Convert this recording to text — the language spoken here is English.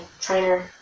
trainer